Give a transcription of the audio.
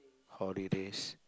holidays